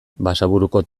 basaburuko